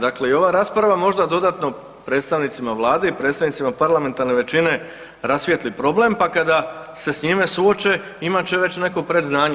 Dakle, i ova rasprava možda dodatno predstavnicima Vlade i predstavnicima parlamentarne većine rasvijetli problem, pa kada se s njime suoče imat će već neko predznanje.